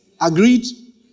Agreed